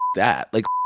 that. like,